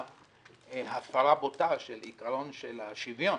על פניו הפרה בוטה של עיקרון של השוויון,